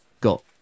got